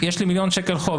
יש לי מיליון שקל חוב,